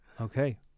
Okay